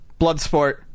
Bloodsport